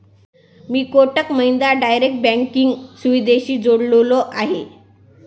मी Kotak Mahindra direct banking सुविधेशी जोडलेलो आहे?